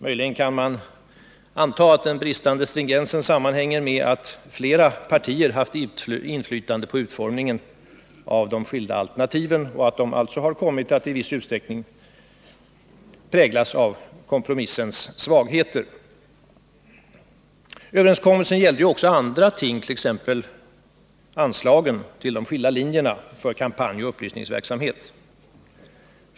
Möjligen kan man anta att bristen på stringens sammanhänger med att flera partier har haft inflytande på utformningen av de skilda alternativen och att dessa alltså har kommit att i viss utsträckning präglas av kompromissens svagheter. Överenskommelsen gällde också andra ting, t.ex. anslagen till de skilda linjerna för kampanjoch upplysningsverksamhet.